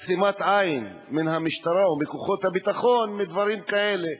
עצימת עין מהמשטרה ומכוחות הביטחון לדברים כאלה,